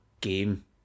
game